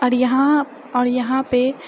आओर यहाँ यहाँपे